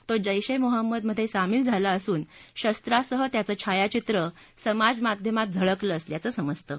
तो जैशे मोहम्मदमध्ये सामील झाला असून शस्त्रासह त्याचं छायाचित्रं समाज माध्यमात झळकलं असल्याचं समजतं